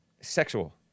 sexual